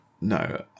No